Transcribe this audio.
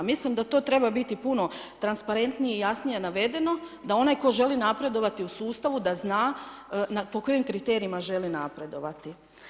Mislim da to treba biti puno transparentnije i jasnije navedeno da onaj tko želi napredovati u sustavu da zna po kojim kriterijima želi napredovati.